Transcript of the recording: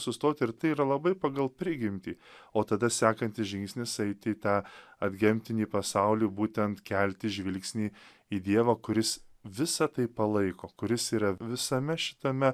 sustot ir tai yra labai pagal prigimtį o tada sekantis žingsnis eiti į tą atgemtinį pasaulį būtent kelti žvilgsnį į dievą kuris visą tai palaiko kuris yra visame šitame